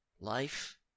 Life